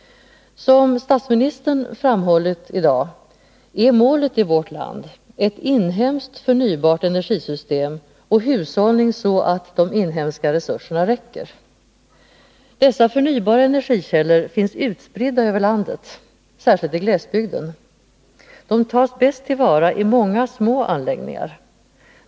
Som statsministern framhållit i dag är målet i vårt land ett inhemskt förnybart energisystem och hushållning så att de inhemska resurserna räcker. Dessa förnybara energikällor finns utspridda över landet, särskilt i glesbygden. De tas främst till vara i många små anläggningar.